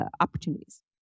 opportunities